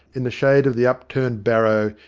in the shade of the upturned barrow,